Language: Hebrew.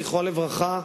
זכרו לברכה,